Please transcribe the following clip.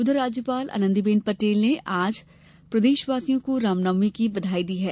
उधर राज्यपाल आनंदी बेन पटेल ने आज प्रदेशवासियों को रामनवमी की बधाई दी है